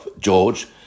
George